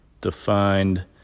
defined